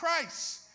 Christ